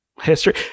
history